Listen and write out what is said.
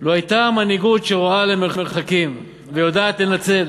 לו הייתה מנהיגות שרואה למרחקים ויודעת לנצל,